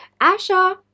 Asha